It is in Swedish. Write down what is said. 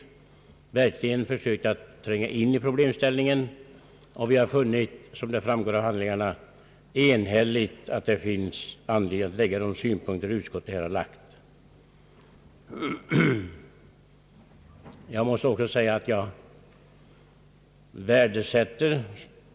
Man har verkligen försökt tränga in i problemställningarna, och vi har enhälligt funnit anledning att anlägga de synpunkter som här har anlagts.